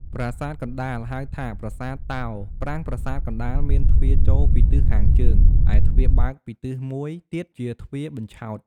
ប្រាសាទកណ្តាល ហៅថាប្រាសាទតោ ប្រាង្គប្រាសាទកណ្តាលមានទ្វារចូលពីទិសខាងជើង ឯទ្វារបើកពីទិសមួយទៀតជាទ្វារបញ្ឆោត។